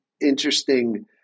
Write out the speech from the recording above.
interesting